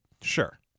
Sure